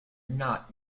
not